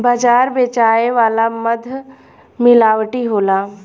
बाजार बेचाए वाला मध मिलावटी होला